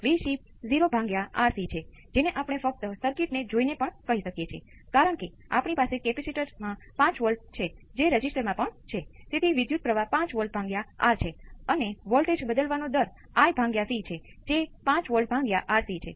દાખલા તરીકે આ કિસ્સામાં તમે ખૂબ સ્પષ્ટ રીતે જાણો છો કે અસરકારક કેપેસીટન્સ C 1 c 2 સાથે આ પ્રથમ ઓર્ડર સર્કિટ છે